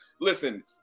listen